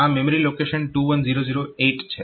આ memory location 21008 છે